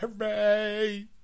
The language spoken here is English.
hooray